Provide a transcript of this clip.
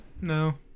No